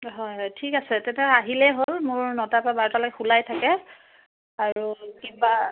হয় হয় ঠিক আছে তেতিয়াহ'লে আহিলেই হ'ল মোৰ নটাৰ পৰা বাৰটালৈকে খোলাই থাকে আৰু কিবা